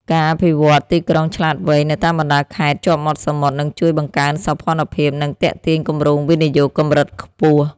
ការអភិវឌ្ឍន៍ទីក្រុងឆ្លាតវៃនៅតាមបណ្តាខេត្តជាប់មាត់សមុទ្រនឹងជួយបង្កើនសោភ័ណភាព និងទាក់ទាញគម្រោងវិនិយោគកម្រិតខ្ពស់។